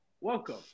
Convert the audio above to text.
welcome